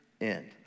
end